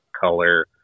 color